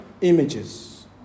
images